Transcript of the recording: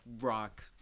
rock